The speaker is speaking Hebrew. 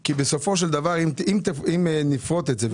כי אם נפרוט את זה,